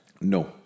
No